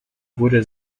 wurde